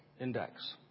index